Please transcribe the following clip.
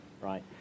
right